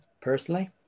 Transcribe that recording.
personally